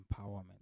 empowerment